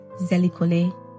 Zelikole